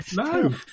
No